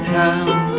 town